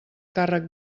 càrrec